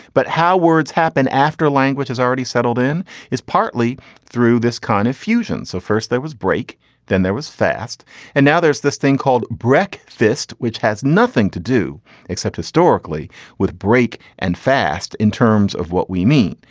but how words happen after language has already settled in is partly through this kind of fusion. so first there was break then there was fast and now there's this thing called brick fist which has nothing to do except historically with break and fast in terms of what we mean.